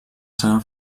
saga